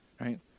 right